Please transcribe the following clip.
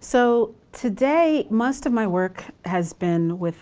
so, today most of my work has been with